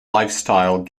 lifestyle